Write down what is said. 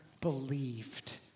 believed